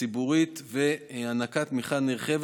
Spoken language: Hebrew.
הציבורית והענקת תמיכה נרחבת,